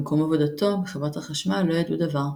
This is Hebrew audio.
במקום עבודתו בחברת החשמל לא ידעו דבר,